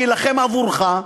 שיילחם עבורך,